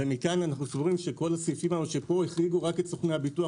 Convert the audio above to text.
מכאן אנו סבורים שכל הסעיפים שפה החריגו רק את סוכני הביטוח